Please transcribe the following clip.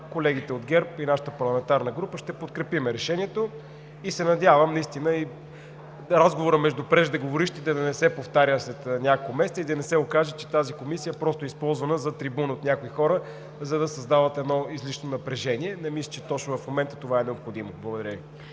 колегите от ГЕРБ и нашата парламентарна група ще подкрепим решението. Надявам се наистина разговорът между преждеговорившите да не се повтаря след няколко месеца и да не се окаже, че тази комисия просто е използвана за трибуна от някои хора, за да създават излишно напрежение. Не мисля, че точно в момента това е необходимо. Благодаря